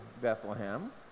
Bethlehem